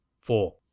four